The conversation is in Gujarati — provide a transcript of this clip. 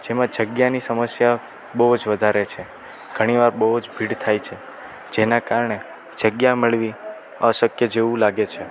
જેમાં જગ્યાની સમસ્યા બહુ જ વધારે છે ઘણીવાર બહુ જ ભીડ થાય છે જેના કારણે જગ્યા મળવી અશક્ય જેવું લાગે છે